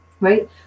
right